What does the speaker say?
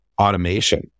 automation